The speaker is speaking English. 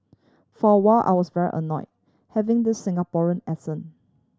for while I was very annoy having the Singaporean accent